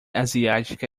asiática